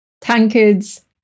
tankards